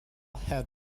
had